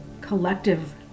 collective